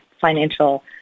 financial